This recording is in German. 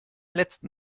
letzten